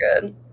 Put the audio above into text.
good